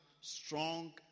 strong